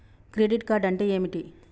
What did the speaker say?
Credit card అంటే ఏమిటి?